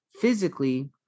physically